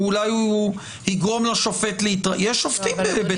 כי אולי הוא יגרום לשופט --- אדוני,